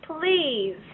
please